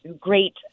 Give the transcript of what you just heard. great